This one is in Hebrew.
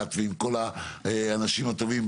עינת ועם כל האנשים הטובים.